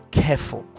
careful